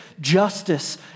justice